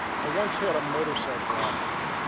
i once had a motorcycle accident